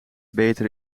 beter